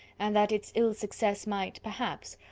and that its ill success might, perhaps,